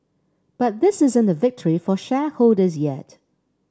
but this isn't a victory for shareholders yet